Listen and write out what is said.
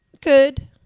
good